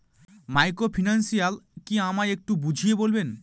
Microfinance কি আমায় একটু বুঝিয়ে বলবেন?